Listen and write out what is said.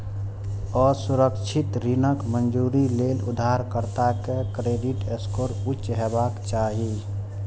असुरक्षित ऋणक मंजूरी लेल उधारकर्ता के क्रेडिट स्कोर उच्च हेबाक चाही